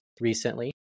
recently